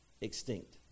extinct